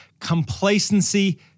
Complacency